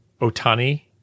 Otani